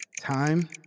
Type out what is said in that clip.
Time